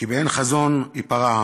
כי "באין חזון יִפָּרע עם".